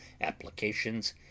applications